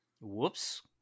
Whoops